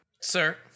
Sir